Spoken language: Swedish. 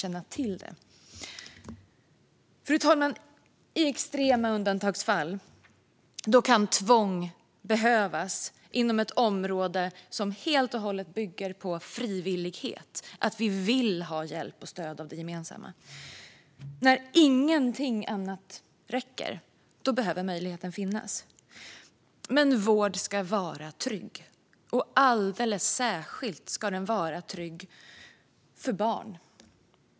Fru talman! I extrema undantagsfall kan tvång behövas inom ett område som helt och hållet bygger på frivillighet, att vi vill ha hjälp och stöd av det gemensamma. När ingenting annat räcker behöver möjligheten finnas. Men vård ska vara trygg, och det gäller alldeles särskilt vården för barn.